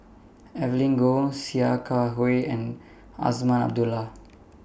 Evelyn Goh Sia Kah Hui and Azman Abdullah